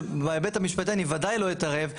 שבהיבט המשפטי אני בוודאי לא אתערב.